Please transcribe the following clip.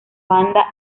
banda